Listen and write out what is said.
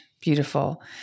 Beautiful